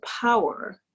power